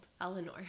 eleanor